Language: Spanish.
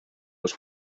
los